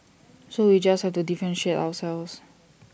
so we just have to differentiate ourselves